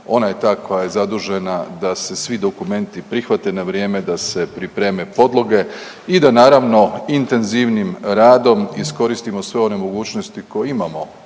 ona je ta koja je zadužena da se svi dokumenti prihvate na vrijeme, da se pripreme podloge i da naravno, intenzivnim radom iskoristimo sve one mogućnosti koje imamo